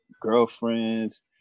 girlfriends